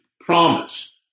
promised